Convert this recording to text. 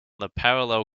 parallel